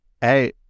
hey